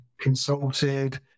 consulted